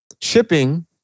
Shipping